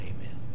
Amen